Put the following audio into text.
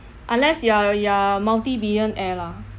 unless you are you are multi-billionaire lah